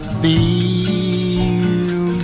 feel